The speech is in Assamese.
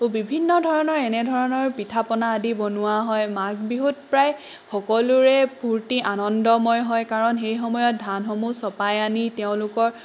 বিভিন্ন ধৰণৰ এনেধৰণৰ পিঠা পনা আদি বনোৱ হয় মাঘ বিহুত প্ৰায় সকলোৰে ফূৰ্তি আনন্দময় হয় কাৰণ সেই সময়ত ধানসমূহ চপাই আনি তেওঁলোকেৰ